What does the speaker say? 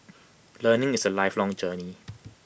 learning is A lifelong journey